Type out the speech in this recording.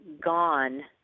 gone